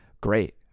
Great